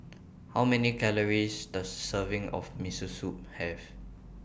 How Many Calories Does Serving of Miso Soup Have